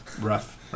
Rough